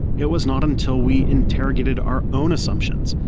it was not until we interrogated our own assumptions,